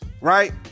right